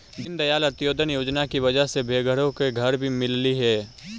दीनदयाल अंत्योदय योजना की वजह से बेघरों को घर भी मिललई हे